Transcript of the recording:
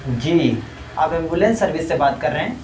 جی آپ ambulance service سے بات کر رہے ہیں